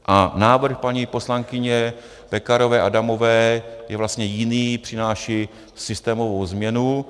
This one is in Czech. A návrh paní poslankyně Pekarové Adamové je vlastně jediný, který přináší systémovou změnu.